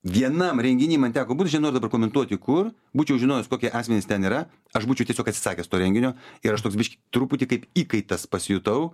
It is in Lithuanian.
vienam renginy man teko būt aš nenoriu dabar komentuoti kur būčiau žinojęs kokie asmenys ten yra aš būčiau tiesiog atsisakęs to renginio ir aš toks biškį truputį kaip įkaitas pasijutau